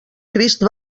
crist